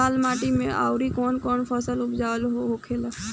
लाल माटी मे आउर कौन कौन फसल उपजाऊ होखे ला?